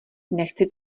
nechci